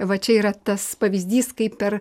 va čia yra tas pavyzdys kaip per